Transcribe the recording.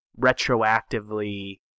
retroactively